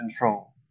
control